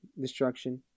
destruction